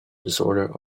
disorder